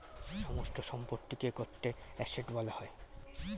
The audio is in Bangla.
সমস্ত সম্পত্তিকে একত্রে অ্যাসেট্ বলা হয়